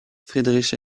friedrich